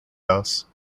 house